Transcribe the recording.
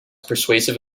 persuasive